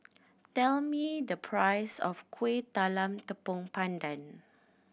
tell me the price of Kueh Talam Tepong Pandan